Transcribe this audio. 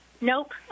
Nope